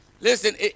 Listen